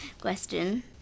question